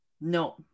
No